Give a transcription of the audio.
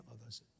others